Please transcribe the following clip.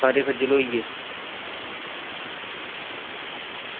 सारे खज्जल होई गे